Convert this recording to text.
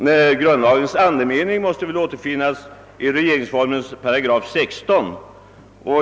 Men grundlagens andemening måste väl återfinnas i regeringsformens 8 16.